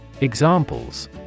Examples